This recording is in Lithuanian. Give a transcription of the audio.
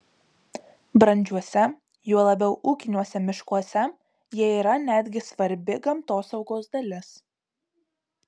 brandžiuose juo labiau ūkiniuose miškuose jie yra netgi svarbi gamtosaugos dalis